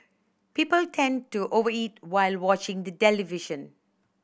people tend to over eat while watching the television